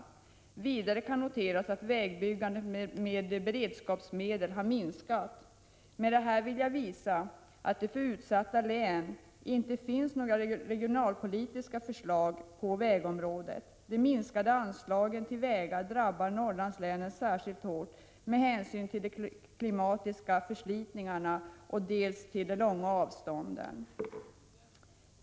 Vidare kan noteras att vägbyggandet med beredskapsmedel har minskat. Med detta vill jag visa att det för utsatta län inte finns några regionalpolitiska förslag på vägområdet. Minskade anslag till vägar drabbar Norrlandslänen särskilt hårt med hänsyn till de klimatiska förslitningarna och de långa avstånden.